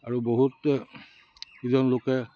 আৰু বহুতকেইজন লোকে